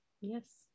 Yes